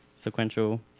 sequential